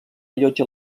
allotja